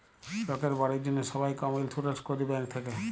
লকের বাড়ির জ্যনহে সবাই হম ইলসুরেলস ক্যরে ব্যাংক থ্যাকে